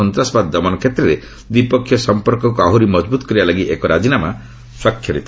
ସନ୍ତାସବାଦ ଦମନ କ୍ଷେତ୍ରରେ ଦ୍ୱିପକ୍ଷିୟ ସଂପର୍କକୁ ଆହୁରି ମଜବୁତ କରିବା ଲାଗି ଏକ ରାଜିନାମା ସ୍ୱାକ୍ଷରିତ ହେବ